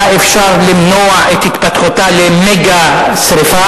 היה אפשר למנוע את התפתחותה למגה-שרפה?